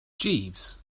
jeeves